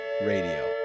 Radio